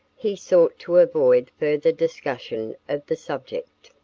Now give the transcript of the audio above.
he sought to avoid further discussion of the subject.